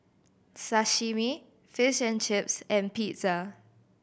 Sashimi Fish and Chips and Pizza